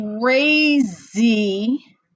crazy